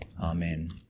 Amen